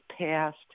passed